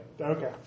Okay